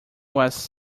was